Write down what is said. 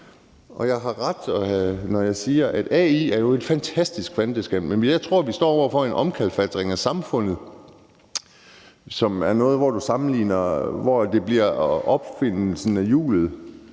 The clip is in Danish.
mig ret i, når jeg siger det – at AI jo er et fantastisk kvantespring. Jeg tror, vi står over for en omkalfatring af samfundet, som er noget, der kan sammenlignes med opfindelsen af hjulet,